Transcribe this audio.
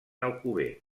alcover